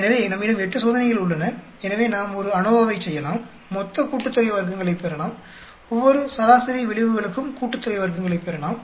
எனவே நம்மிடம் 8 சோதனைகள் உள்ளன எனவே நாம் ஒரு அநோவாவைச் செய்யலாம் மொத்த கூட்டுத்தொகை வர்க்கங்களைப் பெறலாம் ஒவ்வொரு சராசரி விளைவுகளுக்கும் கூட்டுத்தொகை வர்க்கங்களைப் பெறலாம்